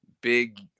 big